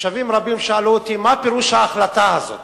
תושבים רבים שאלו אותי מה פירוש ההחלטה הזאת,